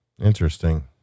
interesting